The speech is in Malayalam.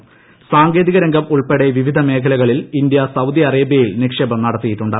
ഢ്ാങ്കേതിക രംഗം ഉൾപ്പെടെ വിവിധ മേഖലകളിൽ ഇന്തൃ ് സൌദി അറേബൃയിൽ നിക്ഷേപം നടത്തിയിട്ടുണ്ട്